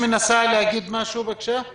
אני